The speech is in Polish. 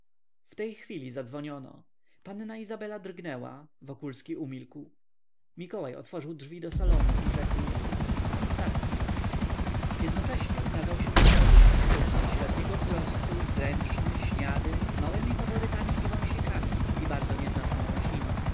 w tej chwili zadzwoniono panna izabela drgnęła wokulski umilkł mikołaj otworzył drzwi do salonu i rzekł pan starski jednocześnie ukazał się na progu mężczyzna średniego wzrostu zręczny śniady z małemi faworytami i wąsikami i bardzo nieznaczną łysiną